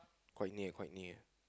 quite near quite near